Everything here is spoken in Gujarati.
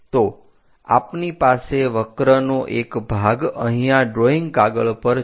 તો આપની પાસે વક્રનો એક ભાગ અહીંયા ડ્રોઈંગ કાગળ પર છે